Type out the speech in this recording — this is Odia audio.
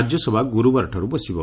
ରାଜ୍ୟସଭା ଗୁରୁବାରଠାରୁ ବସିବ